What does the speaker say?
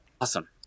awesome